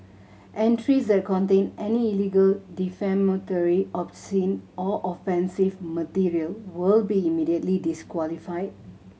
entries that contain any illegal defamatory obscene or offensive material will be immediately disqualified